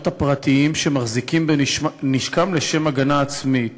הפרטיים שמחזיקים בנשקם לשם הגנה עצמית